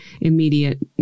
immediate